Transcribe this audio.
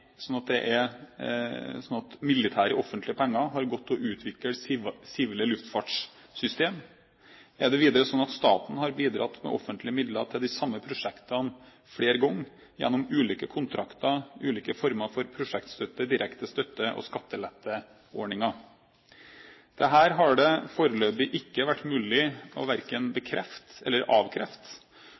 militære har gått til å utvikle sivile luftfartssystemer? Videre: Er det slik at staten har bidratt med offentlig midler til de samme prosjektene flere ganger gjennom ulike kontrakter, ulike former for prosjektstøtte, direkte støtte og skatteletteordninger? Dette har det foreløpig ikke vært mulig verken å bekrefte eller avkrefte,